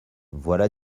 voilà